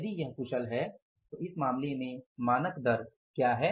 यदि यह कुशल है तो इस मामले में मानक दर क्या है